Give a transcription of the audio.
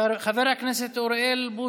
חבר הכנסת אוריאל בוסו,